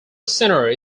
centre